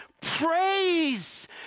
praise